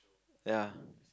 ya